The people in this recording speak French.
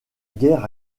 guerre